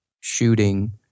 shooting